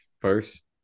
first